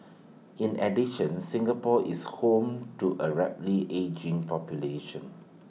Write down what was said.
in addition Singapore is home to A rapidly ageing population